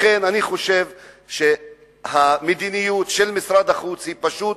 לכן אני חושב שהמדיניות של משרד החוץ פשוט